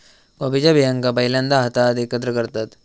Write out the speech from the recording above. कॉफीच्या बियांका पहिल्यांदा हातात एकत्र करतत